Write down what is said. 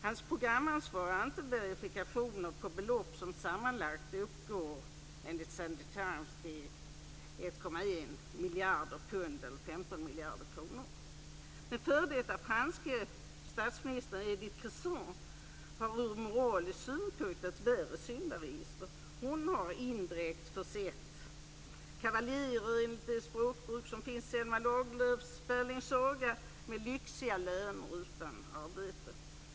Hans programansvariga har inte verifikationer på belopp som sammanlagt uppgår till Den f.d. franska statsministern Edith Cresson har ur moralisk synpunkt ett värre syndaregister. Hon har indirekt försett kavaljerer - enligt det språkbruk som finns i Selma Lagerlöfs Gösta Berlings saga - med lyxiga löner utan arbete.